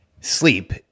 Sleep